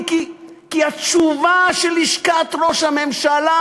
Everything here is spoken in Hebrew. כי התשובה של לשכת ראש הממשלה,